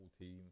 team